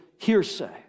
hearsay